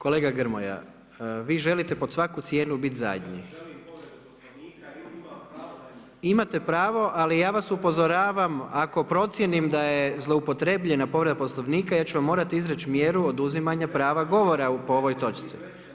Kolega Grmoja, vi želite pod svaku cijenu biti zadnji. … [[Upadica se ne razumije.]] Imate pravo, ali ja vas upozoravam, ako procijenim da je zlouporabljena povreda poslovnika ja ću vam morati izreći mjeru oduzimanja prava govora po ovoj točci.